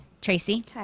Tracy